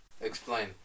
Explain